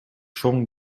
чоң